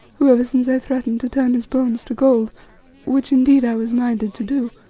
who, ever since i threatened to turn his bones to gold which, indeed, i was minded to do,